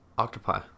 Octopi